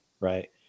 right